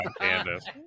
Candace